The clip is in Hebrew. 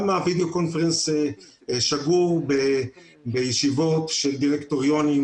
גם הווידאו קונפרנס שגור בישיבות של דירקטוריונים,